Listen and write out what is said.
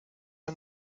and